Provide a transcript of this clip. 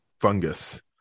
fungus